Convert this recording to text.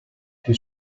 più